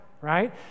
Right